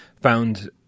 found